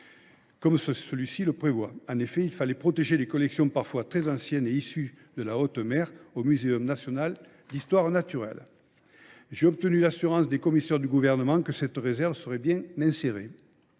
comme celui ci le prévoit. Il s’agit de protéger les collections parfois très anciennes et issues de la haute mer du Muséum national d’histoire naturelle. J’ai obtenu l’assurance des commissaires du Gouvernement que cette réserve serait bien insérée.